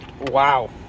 Wow